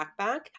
backpack